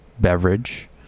beverage